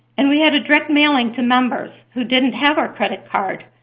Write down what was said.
and we had a direct mailing to members who didn't have our credit card,